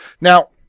Now